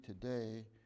today